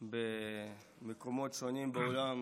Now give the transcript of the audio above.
במקומות שונים בעולם